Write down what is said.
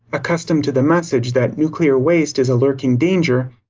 accustomed to the message that nuclear waste is a lurking danger.